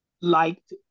liked